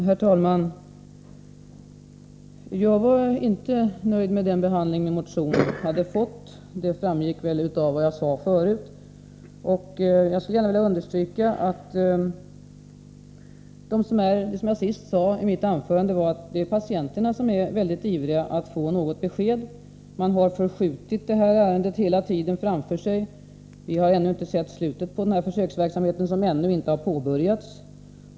Herr talman! Jag var inte nöjd med den behandling min motion hade fått, och det framgick väl av vad jag sade förut. Jag skulle gärna vilja understryka vad jag sade sist i mitt anförande, nämligen att det är patienterna som är verkligt ivriga att få något besked. Man har hela tiden skjutit ärendet framför sig. Vi har ännu inte sett slutet på försöksverksamheten, som ännu inte har påbörjats.